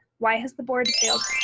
why has the board failed?